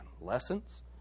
lessons